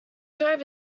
drive